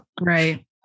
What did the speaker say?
Right